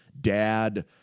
dad